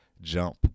jump